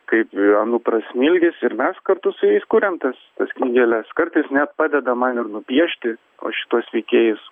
kaip anupras smilgis ir mes kartu su jais kuriam tas knygeles kartais net padeda man ir nupiešti o šituos veikėjus